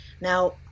Now